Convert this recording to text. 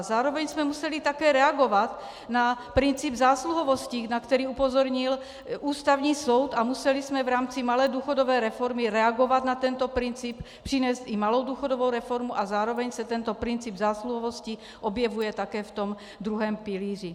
Zároveň jsme museli také reagovat na princip zásluhovosti, na který upozornil Ústavní soud, a museli jsme v rámci malé důchodové reformy reagovat na tento princip, přinést i malou důchodovou reformu, a zároveň se tento princip zásluhovosti objevuje také ve druhém pilíři.